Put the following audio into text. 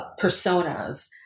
personas